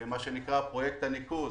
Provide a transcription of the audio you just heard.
מה שנקרא פרויקט הניקוז